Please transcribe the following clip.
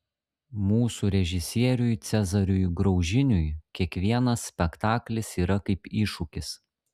mūsų režisieriui cezariui graužiniui kiekvienas spektaklis yra kaip iššūkis